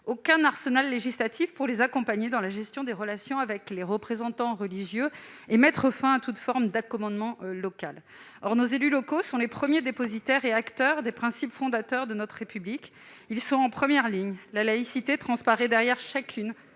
aucun arsenal législatif pour les accompagner dans la gestion des relations avec les représentants religieux et mettre fin à toute forme d'accommodement local. Or nos élus locaux sont les premiers dépositaires des principes fondateurs de notre République et sont en première ligne pour leur mise en oeuvre. La laïcité transparaît derrière chacune